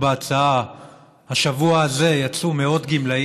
המשך הדיון בהצעה לסדר-היום עובר לוועדת החינוך.